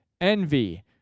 envy